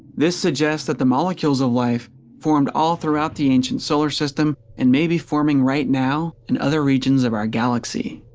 this suggests that the molecules of life are fored all throughout the antient solar system, and may be forming right now in other regions of our galaxy!